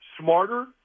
smarter